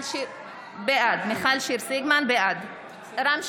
סמי אבו